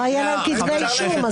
הבנו שזכות השוויון גלומה בכבוד האדם.